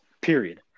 period